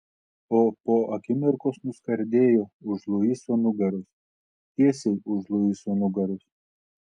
o po akimirkos nuskardėjo už luiso nugaros tiesiai už luiso nugaros